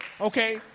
okay